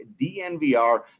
DNVR